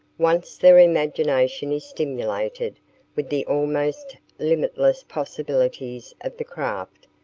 once their imagination is stimulated with the almost limitless possibilities of the craft,